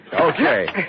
Okay